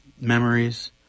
memories